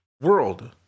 World